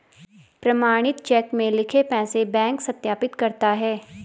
प्रमाणित चेक में लिखे पैसे बैंक सत्यापित करता है